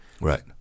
Right